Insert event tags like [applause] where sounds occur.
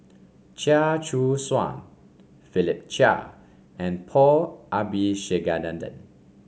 Chia Choo Suan Philip Chia and [noise] Paul Abisheganaden